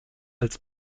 als